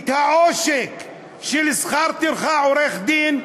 את העושק בשכר טרחה של עורך-דין,